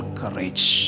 courage